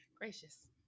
Gracious